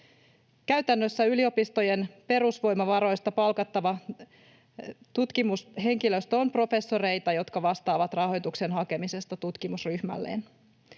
Käytännössä yliopistojen perusvoimavaroista palkattava tutkimushenkilöstö on professoreita, jotka vastaavat rahoituksen hakemisesta tutkimusryhmälleen.